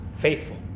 faithful